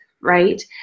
right